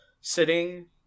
sitting